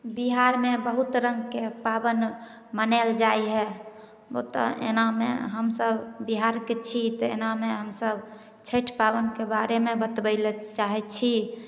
बिहारमे बहुत रंगके पाबनि मनायल जाइ हइ ओ तऽ एनामे हमसब बिहारके छी तऽ एनामे हमसब छठि पाबनिके बारेमे बतबै लऽ चाहै छी